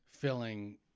Filling